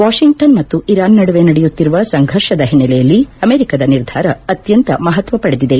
Washington ಮತ್ತು Iran ನಡುವೆ ನಡೆಯುತ್ತಿರುವ ಸಂಘರ್ಷದ ಹಿನ್ನೆಲೆಯಲ್ಲಿ ಅಮೆರಿಕದ ನಿರ್ಧಾರ ಅತ್ಯಂತ ಮಹತ್ವ ಪಡೆದಿದೆ